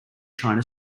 china